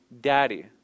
daddy